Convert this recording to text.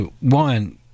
one